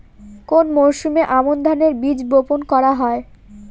কোন মরশুমে আমন ধানের বীজ বপন করা হয়?